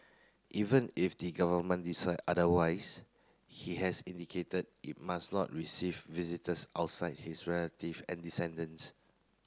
even if the government decide otherwise he has indicated it must not receive visitors outside his relative and descendants